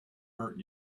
hurt